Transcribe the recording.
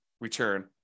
return